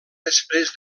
després